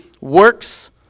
works